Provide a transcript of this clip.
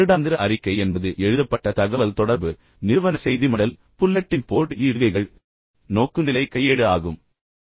வருடாந்திர அறிக்கை என்பது எழுதப்பட்ட தகவல் தொடர்பு நிறுவன செய்திமடல் புல்லட்டின் போர்டு இடுகைகள் நோக்குநிலை கையேடு ஆகியவையும் ஆகும்